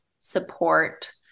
support